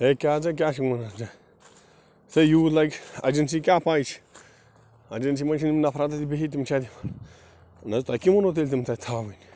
ہے کیٛاہ سا کیٛاہ چھُکھ وَنان ژٕ ژےٚ یوٗتھ لگہِ ایٚجنسی کیٛاہ پاے چھِ ایٚجنسی منٛز چھِ یِم نفرا تَتہِ بِہتھ تِم چھِ اَتہِ نَہ حظ تُہۍ کٔمۍ ووٚنو وٕ تیٚلہِ تِم تَتہِ تھاوٕنۍ